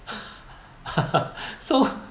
so